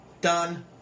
Done